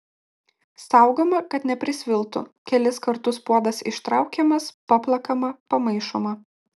saugoma kad neprisviltų kelis kartus puodas ištraukiamas paplakama pamaišoma